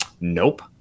nope